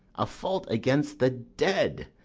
a fault against the dead,